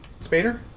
Spader